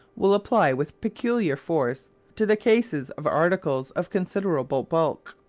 will apply with peculiar force to the cases of articles of considerable bulk.